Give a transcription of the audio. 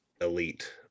elite